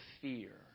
fear